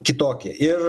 kitokie ir